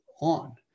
on